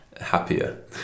happier